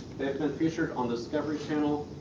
been featured on discovery channel.